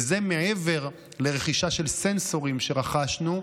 וזה מעבר לרכישה של סנסורים שרכשנו.